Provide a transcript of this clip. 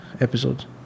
episodes